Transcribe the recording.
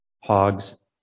Hogs